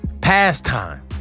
pastime